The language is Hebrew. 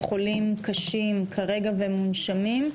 חולים קשים כרגע ומונשמים,